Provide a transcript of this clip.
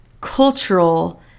cultural